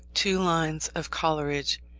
two lines of coleridge,